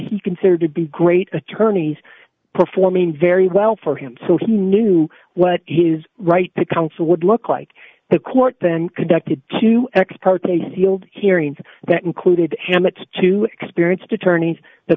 he considered to be great attorneys performing very well for him so he knew what his right to counsel would look like the court then conducted two ex parte sealed hearings that included damage to experienced attorneys the